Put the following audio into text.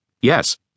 Yes